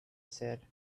said